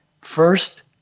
first